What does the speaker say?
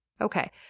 Okay